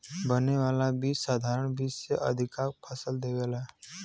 बने वाला बीज साधारण बीज से अधिका फसल देवेला